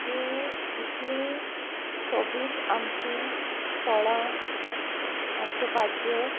हीं इतलीं सोबीत आमचीं फळां आमच्यो भाजयो